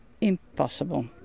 impossible